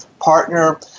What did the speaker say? partner